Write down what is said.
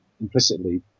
implicitly